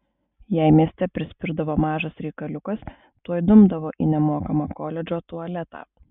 jei mieste prispirdavo mažas reikaliukas tuoj dumdavo į nemokamą koledžo tualetą